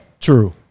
True